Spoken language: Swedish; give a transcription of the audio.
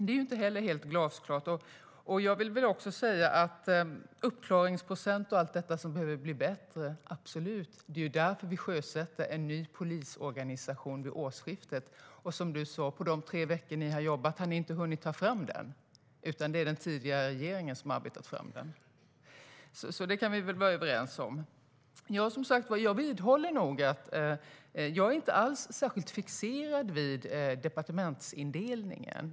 Det är inte heller helt glasklart. Jag vidhåller att jag inte är särskilt fixerad vid departementsindelningen.